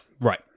Right